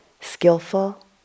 skillful